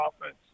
offense